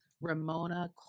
Ramona